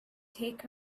take